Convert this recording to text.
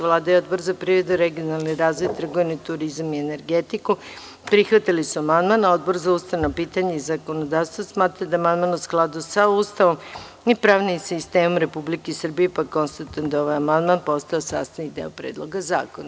Vlada i Odbor za privredu, regionalni razvoj, trgovinu, turizam i energetiku prihvatili su amandman, a Odbor za ustavna pitanja i zakonodavstvo smatra da je amandman u skladu sa Ustavom i pravnim sistemom Republike Srbije, pa konstatujem da je ovaj amandman postao sastavni deo Predloga zakona.